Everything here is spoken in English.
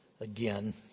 again